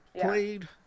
played